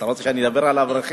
אתה רוצה שאני אדבר על האברכים?